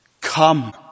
Come